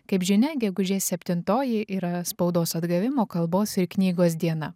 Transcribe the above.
kaip žinia gegužės septintoji yra spaudos atgavimo kalbos ir knygos diena